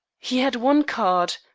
he had one card,